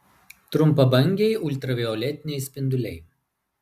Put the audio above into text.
trumpabangiai ultravioletiniai spinduliai